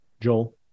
Joel